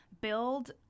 build